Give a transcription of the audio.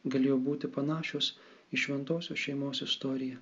galėjo būti panašios į šventosios šeimos istoriją